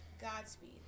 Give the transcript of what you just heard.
Godspeed